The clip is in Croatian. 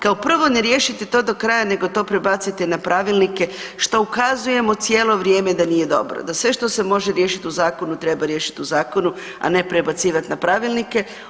Kao prvo ne riješite to do kraja nego to prebacite na pravilnike što ukazujemo cijelo vrijeme da nije dobro, da sve što se može riješit u zakonu treba riješit u zakonu, a ne prebacivat na pravilnike.